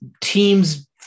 teams